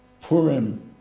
Purim